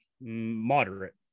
Moderate